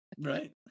Right